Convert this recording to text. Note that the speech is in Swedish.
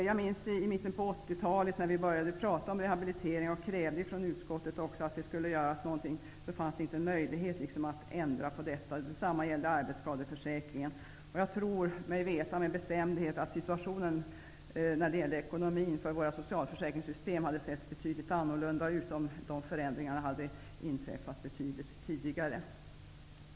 Jag minns när vi i mitten av 80 talet började prata om rehabilitering och också krävde från utskottet att det skulle göras någonting. Då fanns det liksom ingen möjlighet att åstadkomma någon förändring. Detsamma gäller arbetsskadeförsäkringen. Jag tror mig veta med bestämdhet att den ekonomiska situationen för våra socialförsäkringar hade sett betydligt annorlunda ut, om förändringar hade genomförts betydligt tidigare.